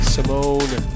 Simone